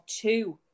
two